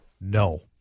no